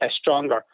stronger